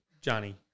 Johnny